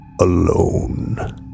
alone